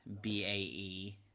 b-a-e